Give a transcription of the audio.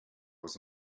was